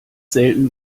selten